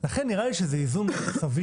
לכן נראה לי שזה איזון סביר.